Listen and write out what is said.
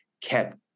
kept